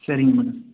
சரிங்க மேடம்